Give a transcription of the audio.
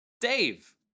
Dave